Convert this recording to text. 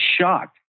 shocked